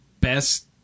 best